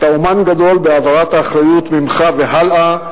אתה אמן גדול בהעברת האחריות ממך והלאה,